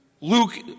Luke